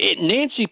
Nancy